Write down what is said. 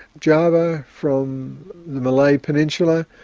java, from the malay peninsular,